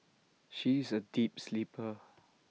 she is A deep sleeper